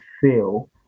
feel